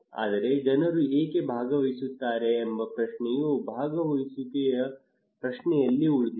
ಆದರೆ ಜನರು ಏಕೆ ಭಾಗವಹಿಸುತ್ತಾರೆ ಎಂಬ ಪ್ರಶ್ನೆಯು ಭಾಗವಹಿಸುವಿಕೆಯ ಪ್ರಶ್ನೆಯಲ್ಲಿ ಉಳಿದಿದೆ